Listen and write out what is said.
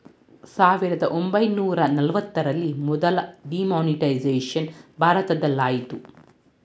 ಸಾವಿರದ ಒಂಬೈನೂರ ನಲವತ್ತರಲ್ಲಿ ಮೊದಲ ಡಿಮಾನಿಟೈಸೇಷನ್ ಭಾರತದಲಾಯಿತು